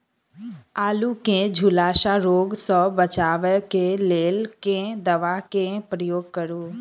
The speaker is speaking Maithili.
आलु केँ झुलसा रोग सऽ बचाब केँ लेल केँ दवा केँ प्रयोग करू?